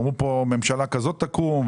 אמרו פה: ממשלה כזאת תקום,